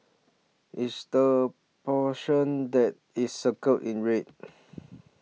it's the portion that is circled in red